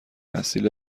اصیل